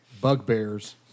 bugbears